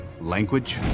language